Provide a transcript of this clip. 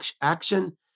action